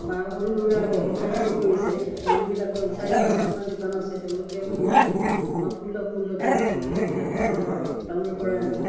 বা সৰু সুৰা ব্যৱসায়ে কৰিছে মানুহবিলাকৰ চাৰি পাঁচখনমান দোকান আছে তেওঁলোকেও সেনেকৈ অলপ সুলভ মূল্যতেই হেৰিবিলাক হেৰি কৰে টাউনৰ পৰা আনি